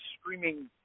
streaming